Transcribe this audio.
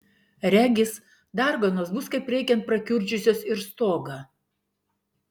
regis darganos bus kaip reikiant prakiurdžiusios ir stogą